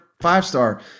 five-star